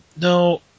no